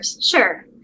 Sure